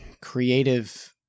creative